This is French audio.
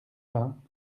vingts